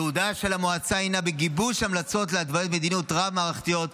ייעודה של המועצה הוא גיבוש המלצות להתוויית מדיניות רב-מערכתית,